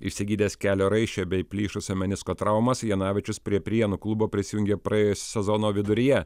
išsigydęs kelio raiščio bei plyšusio menisko traumas janavičius prie prienų klubo prisijungė praėjusio sezono viduryje